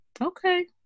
Okay